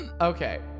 Okay